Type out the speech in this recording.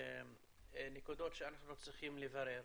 נקודות שאנחנו צריכים לברר.